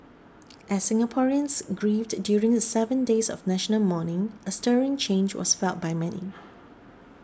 as Singaporeans grieved during the seven days of national mourning a stirring change was felt by many